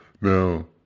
Now